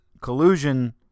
collusion